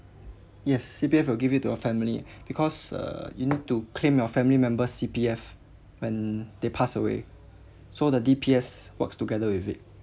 yes C_P_F will give it to your family ah because uh you need to claim your family members' C_P_F when they passed away so the D_P_S works together with it